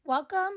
Welcome